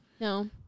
No